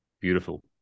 Beautiful